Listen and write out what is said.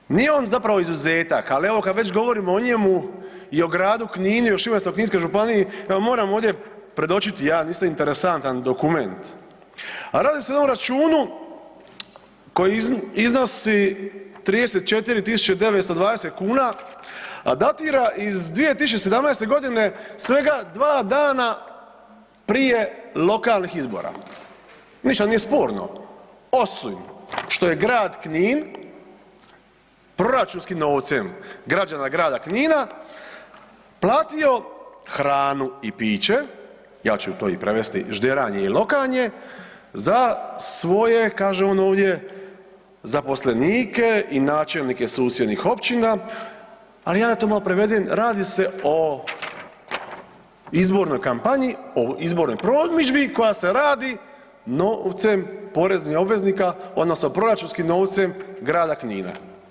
Ali ovo nije sve, nije on zapravo izuzetak ali evo kad već govorimo o njemu i o gradu Kninu i Šibensko-kninskoj županiji, evo moram ovdje predočiti jedan isto interesantan dokument a radi se o računu koji iznosi 34 920 kn a datira iz 2017. g., svega 2 dana prije lokalnih izbora. ništa nije sporno, osim što je grad Knin proračunskim novcem građana grada Knina, platio hranu i piće, ja ću to i prevesti, žderanje i lokanje, za svoje kaže on ovdje zaposlenike i načelnike susjednih općina, ali da ja to malo prevedem, radi se o izbornoj kampanji, o izbornoj promidžbi koja se radi novcem poreznih obveznika odnosno proračunskim novcem grada Knina.